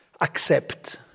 accept